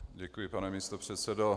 Děkuji, pane místopředsedo.